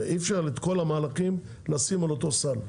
אי אפשר את כל המהלכים לשים על אותו סל.